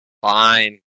Fine